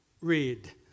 read